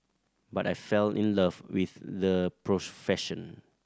but I fell in love with the profession